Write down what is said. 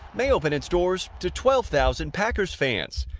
may open its doors to twelve thousand makers fans.